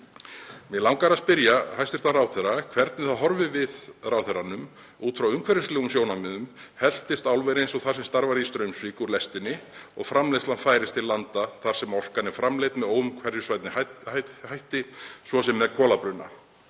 Mig langar að spyrja hæstv. ráðherra hvernig það horfir við ráðherranum út frá umhverfislegum sjónarmiðum heltist álver eins og það sem starfar í Straumsvík úr lestinni og framleiðslan færist til landa þar sem orkan er framleidd með óumhverfisvænni hætti, svo sem með kolabruna.